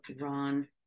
Ron